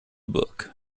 book